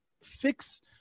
fix